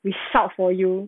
we sought for you